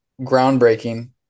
groundbreaking